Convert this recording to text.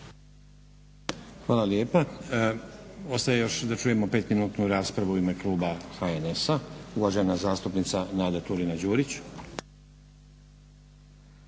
Hvala lijepa. Ostaje još da čujemo pet minutnu raspravu u ime kluba HNS-a uvažena zastupnica Nada Turina-Đurić.